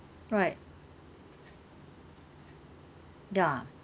right ya